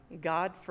God